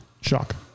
Shock